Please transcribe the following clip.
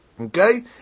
Okay